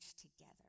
together